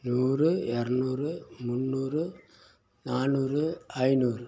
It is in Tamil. நூறு இரநூறு முன்னூறு நானூறு ஐநூறு